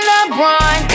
LeBron